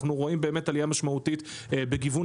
אנחנו רואים באמת עלייה משמעותית בגיוון